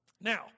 Now